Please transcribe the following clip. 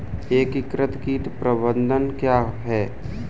एकीकृत कीट प्रबंधन क्या है?